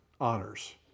honors